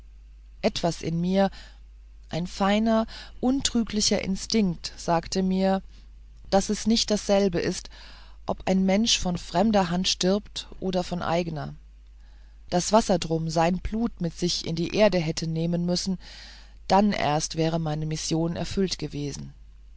etwas in mir ein feiner untrüglicher instinkt sagt mir daß es nicht dasselbe ist ob ein mensch von fremder hand stirbt oder von eigener daß wassertrum sein blut mit sich in die erde hätte nehmen müssen dann erst wäre meine mission erfüllt gewesen